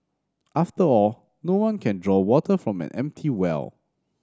after all no one can draw water from an empty well